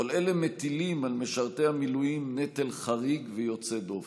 כל אלה מטילים על משרתי המילואים נטל חריג ויוצא דופן.